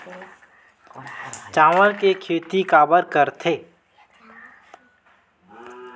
चावल के खेती काबर करथे?